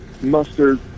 mustard